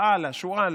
תעלא, שועל,